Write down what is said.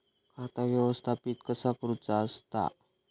खाता व्यवस्थापित कसा करुचा असता?